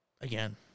again